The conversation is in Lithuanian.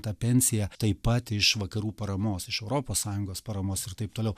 ta pensija taip pat iš vakarų paramos iš europos sąjungos paramos ir taip toliau